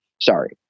Sorry